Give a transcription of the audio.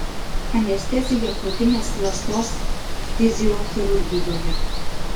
anestezija krūtinės ląstos ftiziochirurgijoje